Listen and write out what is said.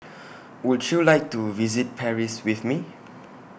Would YOU like to visit Paris with Me